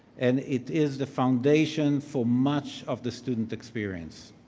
and it is the foundation for much of the student experience.